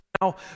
Now